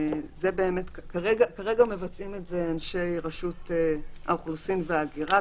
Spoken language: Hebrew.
כרגע מבצעים את זה אנשי רשות האוכלוסין וההגירה,